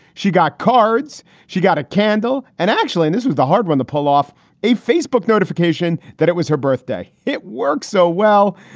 she got cards, she got a candle. and actually, this was the hard one to pull off a facebook notification that it was her birthday. it worked so well.